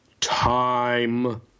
time